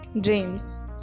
dreams